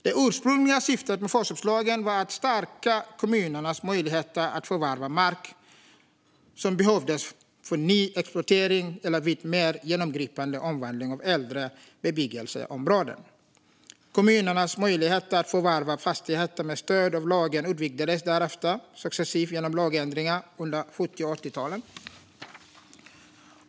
Det ursprungliga syftet med förköpslagen var att stärka kommunernas möjligheter att förvärva mark som behövdes för ny exploatering eller vid mer genomgripande omvandling av äldre bebyggelseområden. Kommunernas möjligheter att förvärva fastigheter med stöd av lagen utvidgades därefter successivt genom lagändringar under 1970 och 1980-talen.